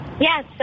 Yes